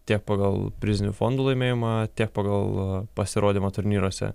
tiek pagal prizinių fondų laimėjimą tiek pagal pasirodymą turnyruose